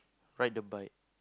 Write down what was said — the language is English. ride the bike